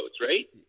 right